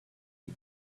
you